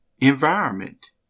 environment